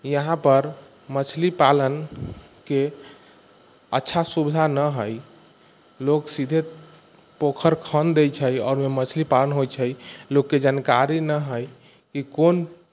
यहाँपर मछली पालनके अच्छा सुविधा नहि हइ लोग सीधे पोखर खन दै छै आओर ओइमे मछली पालन होइ छै लोकके जानकारी नहि है ई कोन